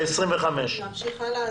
בעמוד 25. נמשיך הלאה.